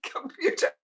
computer